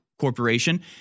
corporation